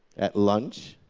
at lunch,